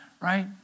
right